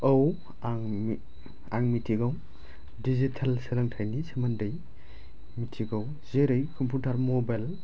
औ आं आं मिथिगौ दिजिटेल सोलोंथाइनि सोमोन्दै मिथिगौ जेरै कम्पिउटार मबाइलजों